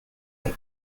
that